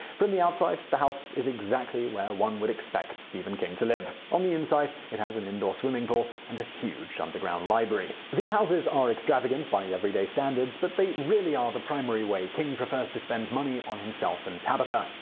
from the outside, the house is exactly where one would expect stephen king to live. on the inside, it has an indoor swimming pool and a huge underground library. the houses are extravagant by everyday standards, but they are really the primary way king prefers to spend money on himself and tabitha.